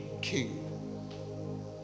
king